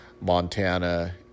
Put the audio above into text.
Montana